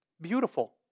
Beautiful